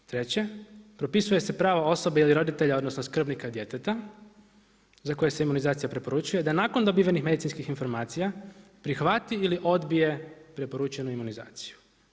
Treće, propisuje se prava osobe ili roditelja, odnosno, skrbnika djeteta, za koje se imunizacija preporučuje, da nakon dobivenih medicinskih informacija, prihvati ili odbije preporučenu imunizaciju.